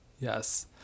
Yes